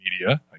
media